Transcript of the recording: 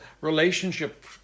relationship